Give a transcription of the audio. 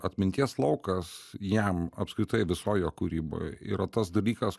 atminties laukas jam apskritai visoj jo kūryboj yra tas dalykas